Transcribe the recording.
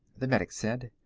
the medic said.